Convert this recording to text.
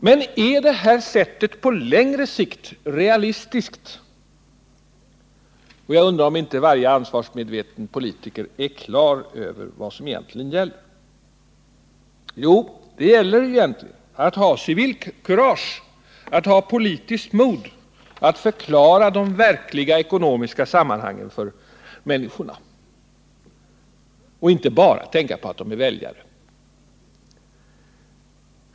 Men är det här på längre sikt ett realistiskt sätt? Jag undrar om inte varje ansvarsmedveten politiker är klar över vad det egentligen gäller. Det gäller egentligen att ha civilkurage, att ha politiskt mod att förklara de verkliga ekonomiska sammanhangen för människorna och inte bara tänka på att de är väljare.